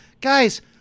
Guys